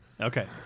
Okay